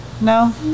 No